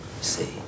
See